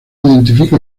identifica